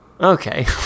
Okay